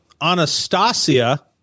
Anastasia